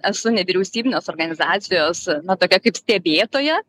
esu nevyriausybinės organizacijos na tokia kaip stebėtoja